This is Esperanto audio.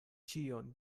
ĉion